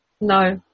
No